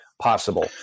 possible